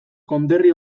konderri